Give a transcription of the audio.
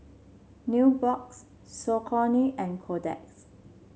Nubox Saucony and Kotex